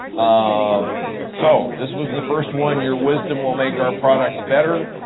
um so this was the first one your wisdom will make our products better.